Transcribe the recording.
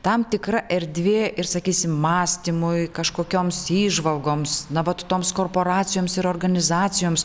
tam tikra erdvė ir sakysim mąstymui kažkokioms įžvalgoms na vat toms korporacijoms ir organizacijoms